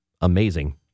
Amazing